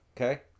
Okay